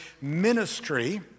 ministry